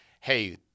hey